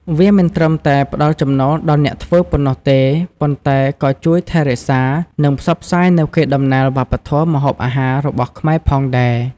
វាមិនត្រឹមតែផ្ដល់ចំណូលដល់អ្នកធ្វើប៉ុណ្ណោះទេ ប៉ុន្តែក៏ជួយថែរក្សា និងផ្សព្វផ្សាយនូវកេរដំណែលវប្បធម៌ម្ហូបអាហាររបស់ខ្មែរផងដែរ។